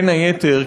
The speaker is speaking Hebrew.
בין היתר,